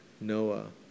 Noah